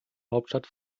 hauptstadt